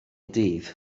dydd